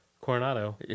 Coronado